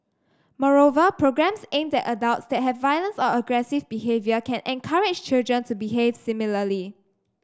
moreover programmes aimed at adults that have violence or aggressive behaviour can encourage children to behave similarly